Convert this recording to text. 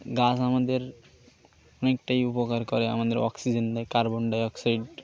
গাছ আমাদের অনেকটাই উপকার করে আমাদের অক্সিজেন দেয় কার্বন ডাইঅক্সাইড